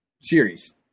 series